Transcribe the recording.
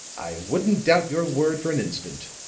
i wouldn't doubt your word for an instant,